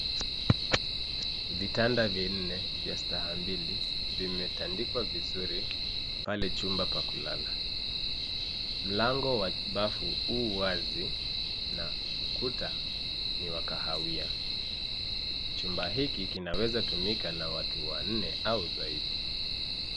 Vitanda vinne vya stair mbili vimetandikwa vizuri pale chumba pa kulala. Mlango wa bafu u wazi na ukuta ni wa kahawia. Chumba hiki kinaweza tumika na watu wanne au zaidi.